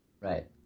Right